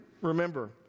remember